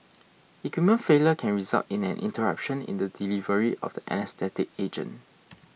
equipment failure can result in an interruption in the delivery of the anaesthetic agent